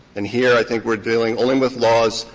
and here i think we're dealing only with laws,